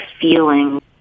feeling